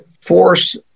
force